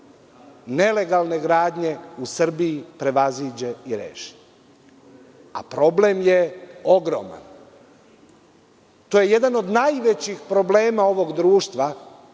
nelegalne gradnje u Srbiji prevaziđe i reši, a problem je ogroman. To je jedan od najvećih problema ovog društva